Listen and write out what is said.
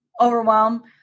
overwhelm